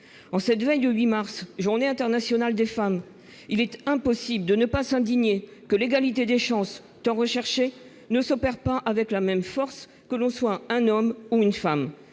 En cette veille de 8 mars, Journée internationale des femmes, il est impossible de ne pas s'indigner du fait que l'égalité des chances, qui est tant recherchée, ne s'opère pas avec la même force, que l'on soit un homme ou une femme.